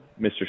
Mr